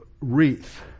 wreath